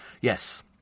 Yes